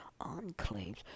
enclaves